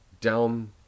down